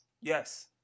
Yes